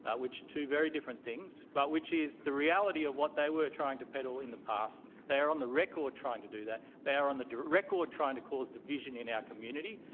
ah which are two very different things, but which is the reality of what they were trying to peddle in the past. they are on the record trying to do that. they are on the record trying to cause division in our community,